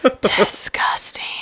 Disgusting